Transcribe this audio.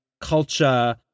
culture